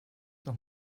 noch